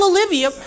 Olivia